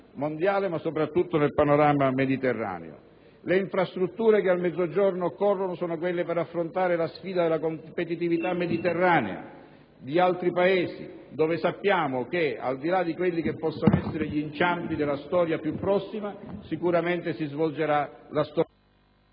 mondiale, ma soprattutto nel Mediterraneo. Le infrastrutture che al Mezzogiorno occorrono sono quelle necessarie per affrontare la sfida della competitività mediterranea con altri Paesi dove sappiamo che, al di là di quelli che possono essere gli inciampi della storia più prossima, sicuramente si svolgerà...